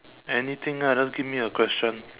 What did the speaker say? anything lah just give me a question